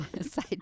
side